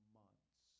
months